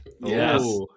Yes